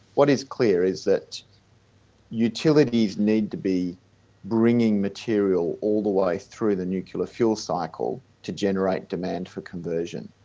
what is clear is that utilities need to be bringing material all the way through the nuclear fuel cycle to generate demand for conversion.